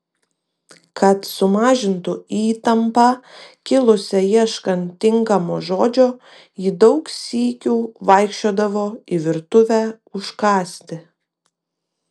kad sumažintų įtampą kilusią ieškant tinkamo žodžio ji daug sykių vaikščiodavo į virtuvę užkąsti